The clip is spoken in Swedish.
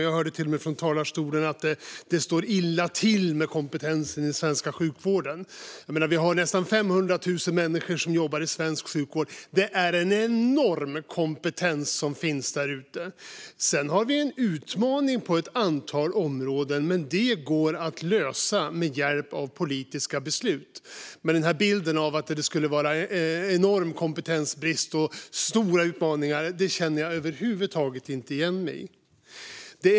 Jag hörde till och med från talarstolen att det står illa till med kompetensen i den svenska sjukvården. Vi har nästan 500 000 människor som jobbar i svensk sjukvård. Det finns en enorm kompetens där ute. Sedan har vi en utmaning på ett antal områden, men det går att lösa med hjälp av politiska beslut. Men bilden av att det skulle råda en enorm kompetensbrist och finnas stora utmaningar känner jag över huvud taget inte igen mig i.